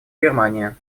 германия